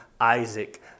Isaac